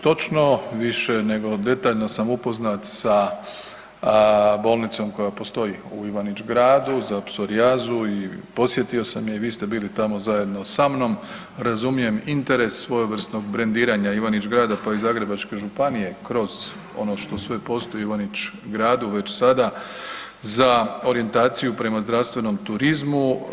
Točno, više nego detaljno sam upoznat sa bolnicom koja postoji u Ivanić-Gradu za psorijazu i posjetio sam je, vi ste bili tamo zajedno sa mnom, razumijem interes svojevrsnog brendiranja Ivanić-Grada pa i Zagrebačke županije kroz ono što sve postoji u Ivanić-Gradu već sada za orijentaciju prema zdravstvenom turizmu.